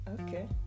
okay